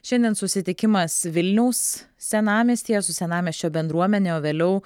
šiandien susitikimas vilniaus senamiestyje su senamiesčio bendruomene o vėliau